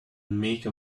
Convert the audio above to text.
make